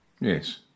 Yes